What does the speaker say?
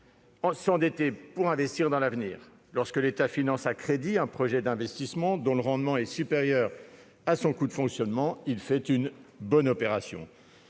de s'endetter pour investir dans l'avenir. Lorsque l'État finance à crédit un projet d'investissement, dont le rendement est supérieur à son coût de financement, il fait une bonne opération.